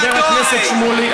חבר הכנסת שמולי.